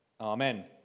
Amen